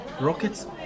rockets